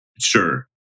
sure